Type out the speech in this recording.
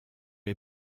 est